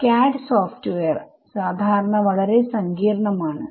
CAD software സാദാരണ വളരെ സങ്കീർണ്ണം ആണ്